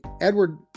Edward